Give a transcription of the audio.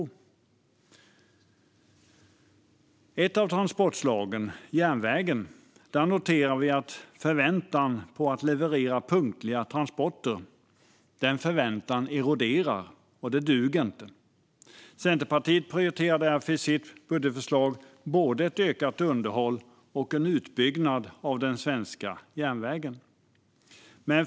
När det gäller ett av transportslagen, järnvägen, noterar vi att förväntan på att leverera punktliga transporter eroderar. Det duger inte. Centerpartiet prioriterar därför i sitt budgetförslag både ett ökat underhåll och en utbyggnad av den svenska järnvägen.